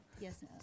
Yes